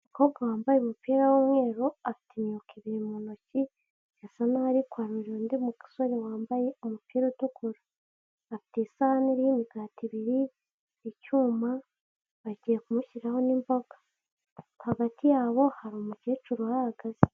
Umukobwa wambaye umupira w'umweru afite imyuka ibiri mu ntoki, birasa nkaho ari kwarurira undi musore wambaye umupira utukura. Afite isahani iriho imigati ibiri, icyuma, bagiye kumushyiraho n'imboga hagati yabo hari umukecuru ahahagaze.